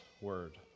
Word